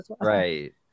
right